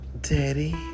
Daddy